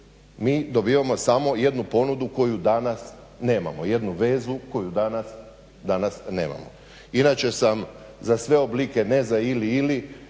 mi dobivamo samo jednu ponudu koju danas nemamo, jednu vezu koju danas nemamo. Inače sam za sve oblike, ne za ili, ili,